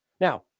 Now